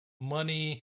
money